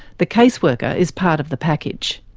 the caseworker is part of the package.